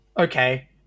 okay